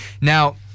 Now